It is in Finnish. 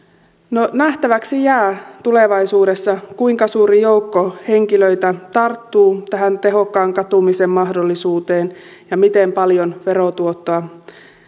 no nähtäväksi jää tulevaisuudessa kuinka suuri joukko henkilöitä tarttuu tähän tehokkaan katumisen mahdollisuuteen ja miten paljon verotuottoa